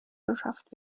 beschafft